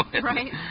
right